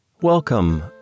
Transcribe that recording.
Welcome